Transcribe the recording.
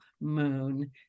moon